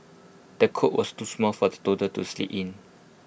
the cot was too small for the toddler to sleep in